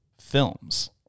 films